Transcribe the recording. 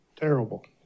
terrible